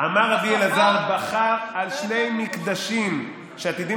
"אמר רבי אלעזר: בכה על שני מקדשים שעתידין